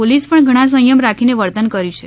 પોલીસે પણ ઘણો સંયમ રાખીને વર્તન કર્યુ છે